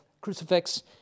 crucifix